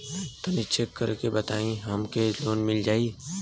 तनि चेक कर के बताई हम के लोन मिल जाई?